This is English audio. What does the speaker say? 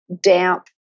damp